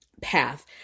path